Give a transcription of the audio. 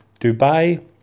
Dubai